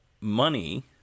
money